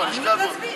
תודה.